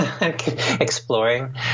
exploring